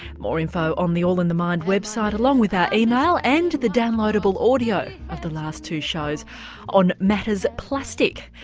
more info on the all in the mindwebsite along with our email and the downloadable audio of the last two shows on matters plastic,